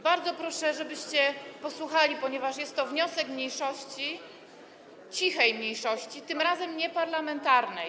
Bardzo proszę, żebyście posłuchali, ponieważ jest to wniosek mniejszości, cichej mniejszości, tym razem nieparlamentarnej.